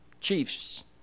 chiefs